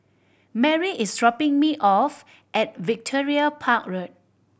Merri is dropping me off at Victoria Park Road